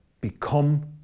Become